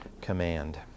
command